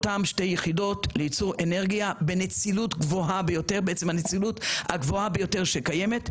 אותן שתי יחידות ליצור אנרגיה בנצילות הגבוהה ביותר שקיימת.